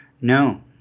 No